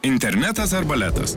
internetas ar baletas